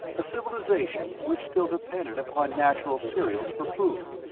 a civilization which still depended upon natural cereals for food,